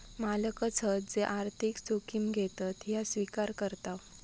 मालकच हत जे आर्थिक जोखिम घेतत ह्या स्विकार करताव